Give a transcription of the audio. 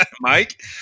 mike